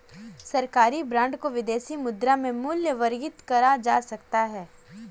सरकारी बॉन्ड को विदेशी मुद्रा में मूल्यवर्गित करा जा सकता है